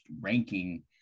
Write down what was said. ranking